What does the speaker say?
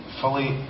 fully